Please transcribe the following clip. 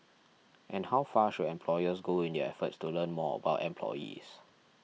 and how far should employers go in their efforts to learn more about employees